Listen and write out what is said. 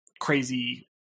crazy